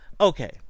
Okay